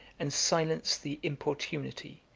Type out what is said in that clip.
and silence the importunity,